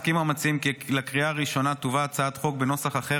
הסכימו המציעים כי לקריאה ראשונה תובא הצעת חוק בנוסח אחר,